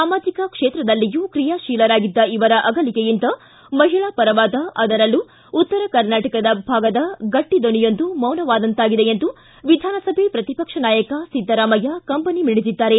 ಸಾಮಾಜಿಕ ಕ್ಷೇತ್ರದಲ್ಲಿಯೂ ಕ್ರಿಯಾಶೀಲರಾಗಿದ್ದ ಇವರ ಅಗಲಿಕೆಯಿಂದ ಮಹಿಳಾ ಪರವಾದ ಅದರಲ್ಲೂ ಉತ್ತರ ಕರ್ನಾಟಕ ಭಾಗದ ಗಟ್ಟ ದನಿಯೊಂದು ಮೌನವಾದಂತಾಗಿದೆ ಎಂದು ವಿಧಾನಸಭೆ ಪ್ರತಿಪಕ್ಷ ನಾಯಕ ಕಂಬನಿ ಮಿಡಿದಿದ್ದಾರೆ